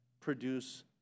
produce